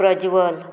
Prajwal